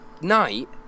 night